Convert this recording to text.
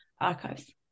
archives